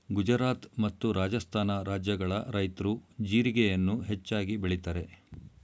ಗುಜರಾತ್ ಮತ್ತು ರಾಜಸ್ಥಾನ ರಾಜ್ಯಗಳ ರೈತ್ರು ಜೀರಿಗೆಯನ್ನು ಹೆಚ್ಚಾಗಿ ಬೆಳಿತರೆ